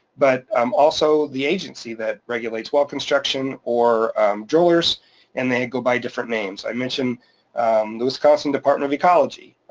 but um also the agency that regulates well construction or drillers and they go by different names. i mentioned the wisconsin department of ecology,